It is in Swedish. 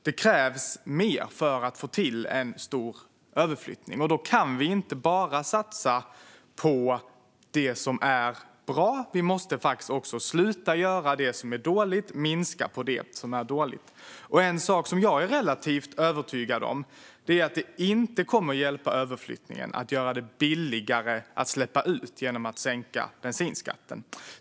Det krävs mer för att få till en stor överflyttning, och då kan vi inte bara satsa på det som är bra; vi måste faktiskt också minska på det som är dåligt och sluta med det. En sak som jag är relativt övertygad om är att det inte kommer att hjälpa överflyttningen att göra det billigare att släppa ut genom att sänka bensinskatten.